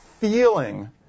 feeling